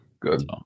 good